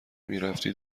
میرفتی